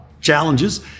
challenges